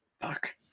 Fuck